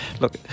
look